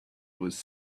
was